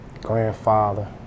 Grandfather